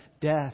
death